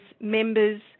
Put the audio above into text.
members